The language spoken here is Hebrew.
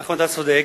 נכון, אתה צודק.